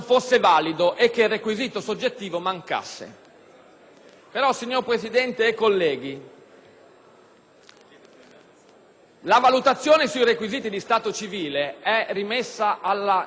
Però, signor Presidente e colleghi, la valutazione sui requisiti di stato civile è rimessa alla giurisdizione esclusiva del giudice ordinario